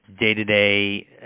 day-to-day